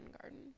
garden